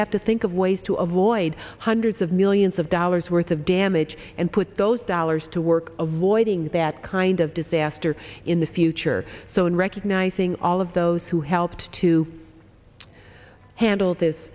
have to think of ways to avoid hundreds of millions of dollars worth of damage and put those dollars to work avoiding that kind of disaster in the future so in recognizing all of those who helped to handle this